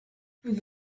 with